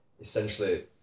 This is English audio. essentially